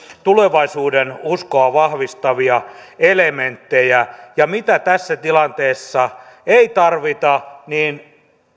tulevaisuudenuskoa vahvistavia elementtejä mitä tässä tilanteessa ei tarvita niin